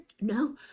no